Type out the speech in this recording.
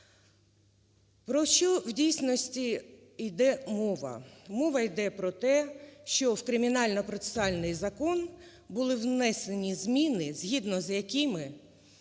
Про що, в дійсності, іде мова? Мова іде про те, що в Кримінально процесуальний закон були внесені зміни, згідно з якими